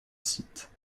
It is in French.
site